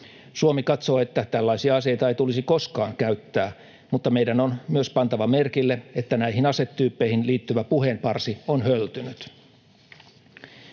Suomi katsoo, että tällaisia aseita ei tulisi koskaan käyttää, mutta meidän on myös pantava merkille, että näihin asetyyppeihin liittyvä puheenparsi on höltynyt.